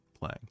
playing